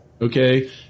okay